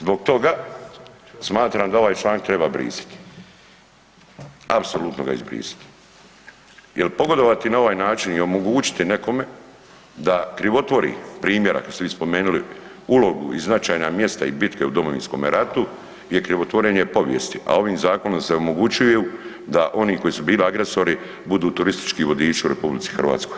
Zbog toga smatram da ovaj članak treba brisati, apsolutno ga izbrisati jer pogodovati na ovaj način i omogućiti nekome da krivotvori primjerak, kad ste vi spomenuli, ulogu i značajna mjesta i bitke u Domovinskome ratu je krivotvorenje povijesti, a ovim zakonom se omogućuje da oni koji su bili agresori budu turistički vodiči u RH.